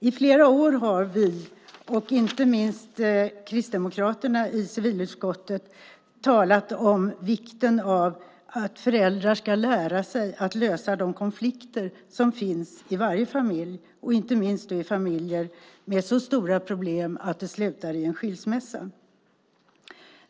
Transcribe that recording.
I flera år har vi, inte minst Kristdemokraterna, i civilutskottet talat om vikten av att föräldrar ska lära sig att lösa de konflikter som finns i varje familj, inte minst i familjer med så stora problem att det slutar i en skilsmässa.